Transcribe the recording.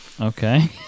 okay